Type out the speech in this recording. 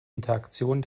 interaktion